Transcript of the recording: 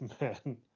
man